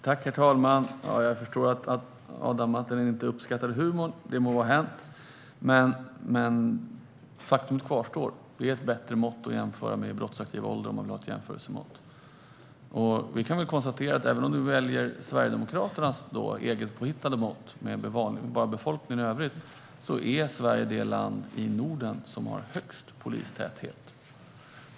Herr talman! Jag förstår att Adam Marttinen inte uppskattade humorn. Det må vara hänt. Men faktum kvarstår att det är ett bättre mått att jämföra med antalet personer i brottsaktiv ålder. Vi kan konstatera att även om du väljer Sverigedemokraternas egenpåhittade mått med befolkningen i övrigt är Sverige det land i Norden som har högst polistäthet.